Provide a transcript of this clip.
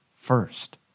first